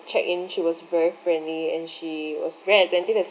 check in she was very friendly and she was very attentive as